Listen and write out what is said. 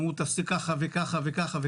אמר: תעשה ככה וככה וככה.